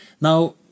Now